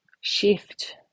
shift